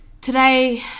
today